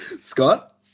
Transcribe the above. Scott